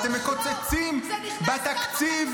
אתם מקצצים בתקציב.